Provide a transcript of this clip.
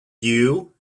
you